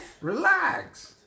Relax